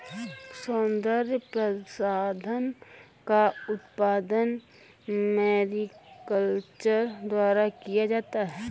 सौन्दर्य प्रसाधन का उत्पादन मैरीकल्चर द्वारा किया जाता है